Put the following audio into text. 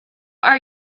are